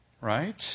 right